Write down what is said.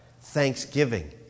Thanksgiving